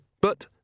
But